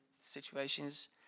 situations